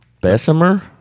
Bessemer